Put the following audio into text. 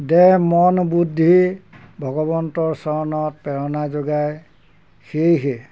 দেহ মন বুদ্ধি ভগৱন্তৰ চৰণত প্ৰেৰণা যোগায় সেয়েহে